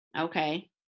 Okay